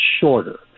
shorter